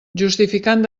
justificant